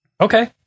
Okay